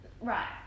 Right